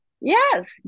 yes